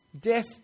Death